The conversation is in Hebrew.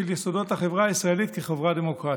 יסודות החברה הישראלית כחברה דמוקרטית,